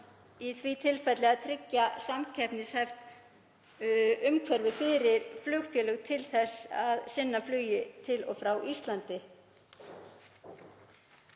í því tilfelli að tryggja samkeppnishæft umhverfi fyrir flugfélög til að hefja flug til og frá Íslandi.